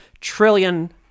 trillion